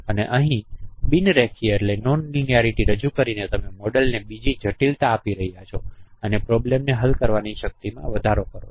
અને અહીં બિન રેખીયતા રજૂ કરીને તમે તમારા મોડેલને બીજી જટિલતા આપી રહ્યાં છો અને આ પ્રોબ્લેમને હલ કરવાની શક્તિમાં વધારો કરો છો